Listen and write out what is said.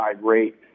rate